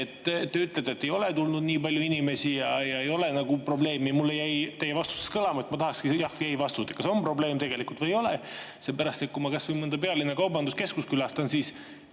ole. Te ütlete, et ei ole tulnud nii palju inimesi ja ei ole nagu probleemi – mulle jäi see teie vastusest kõlama. Ma tahakski jah‑ või ei-vastust, kas on probleem tegelikult või ei ole. Seepärast, et kui ma kas või mõnda pealinna kaubanduskeskust külastan, siis